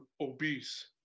obese